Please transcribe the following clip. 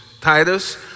Titus